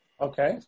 Okay